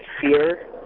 fear